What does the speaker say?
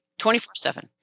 24-7